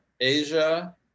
Asia